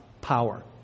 power